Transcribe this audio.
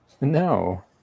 No